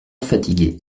fatigué